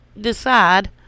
decide